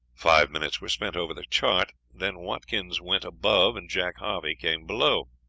five minutes were spent over the chart, then watkins went above and jack harvey came below.